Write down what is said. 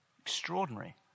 Extraordinary